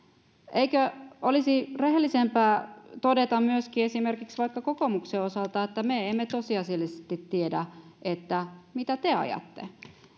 eikö olisi rehellisempää todeta myöskin esimerkiksi vaikka kokoomuksen osalta että me emme tosiasiallisesti tiedä mitä te ajatte